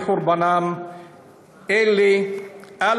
ואצים